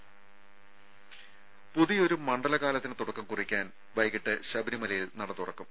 രുര പുതിയൊരു മണ്ഡലകാലത്തിന് തുടക്കം കുറിക്കാൻ വൈകീട്ട് ശബരിമലയിൽ നട തുറക്കും